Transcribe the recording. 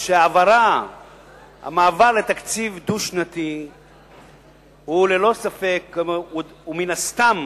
שהמעבר לתקציב דו-שנתי מן הסתם